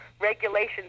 regulations